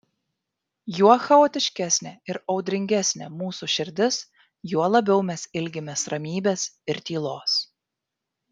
juo chaotiškesnė ir audringesnė mūsų širdis juo labiau mes ilgimės ramybės ir tylos